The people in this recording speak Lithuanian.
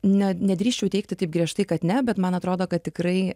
na nedrįsčiau teigti taip griežtai kad ne bet man atrodo kad tikrai